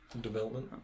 development